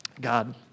God